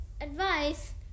advice